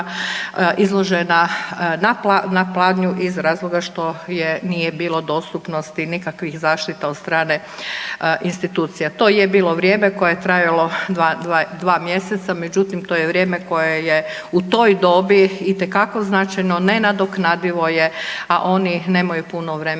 izložena na pladnju iz razloga što nije bilo dostupnosti nikakvih zaštita od strane institucija. To je bilo vrijeme koje je trajalo 2 mjeseca, međutim, to je vrijeme koje je u toj dobi itekako značajno, nenadoknadivo je, a oni nemaju puno vremena.